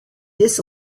this